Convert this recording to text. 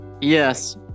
Yes